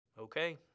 Okay